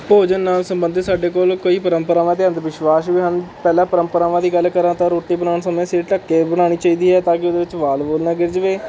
ਭੋਜਨ ਨਾਲ ਸੰਬੰਧਿਤ ਸਾਡੇ ਕੋਲ ਕਈ ਪਰੰਪਰਾਵਾਂ ਅਤੇ ਅੰਧ ਵਿਸ਼ਵਾਸ ਵੀ ਹਨ ਪਹਿਲਾਂ ਪਰੰਪਰਾਵਾਂ ਦੀ ਗੱਲ ਕਰਾਂ ਤਾਂ ਰੋਟੀ ਬਣਾਉਣ ਸਮੇਂ ਸਿਰ ਢੱਕ ਕੇ ਬਣਾਉਣੀ ਚਾਹੀਦੀ ਹੈ ਤਾਂ ਕਿ ਉਹਦੇ ਵਿੱਚ ਵਾਲ ਵੁਲ ਨਾ ਗਿਰ ਜਾਵੇ